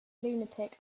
lunatic